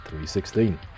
316